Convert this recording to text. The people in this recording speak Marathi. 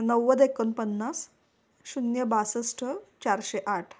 नव्वद एकोणपन्नास शून्य बासष्ट चारशे आठ